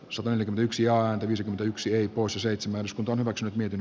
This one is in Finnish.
samoin yksi ja yksi y kuusi seitsemän kahdeksan niiden